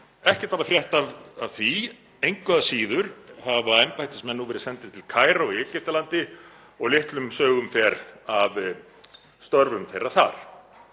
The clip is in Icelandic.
Ekkert er að frétta af því. Engu að síður hafa embættismenn nú verið sendir til Kaíró í Egyptalandi og litlum sögum fer af störfum þeirra þar.